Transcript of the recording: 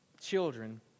children